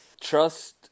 trust